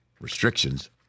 Restrictions